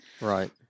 right